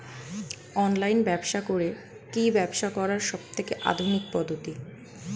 Online ব্যবসা করে কি ব্যবসা করার সবথেকে আধুনিক পদ্ধতি?